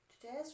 Today's